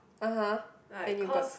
(uh huh) and you got